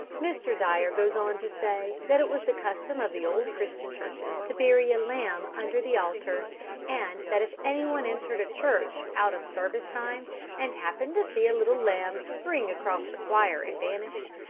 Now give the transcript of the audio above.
mr. dyer goes on to say that it was the custom of the old christian churches to bury a lamb under the altar and that if anyone entered a church out of service time and happened to see a little lamb spring across the choir and vanish,